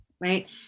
right